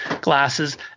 glasses